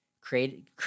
create